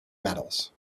metals